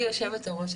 גברתי יושבת הראש,